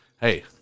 hey